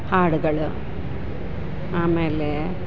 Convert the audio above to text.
ಹಾಡುಗಳು ಆಮೇಲೆ